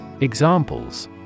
Examples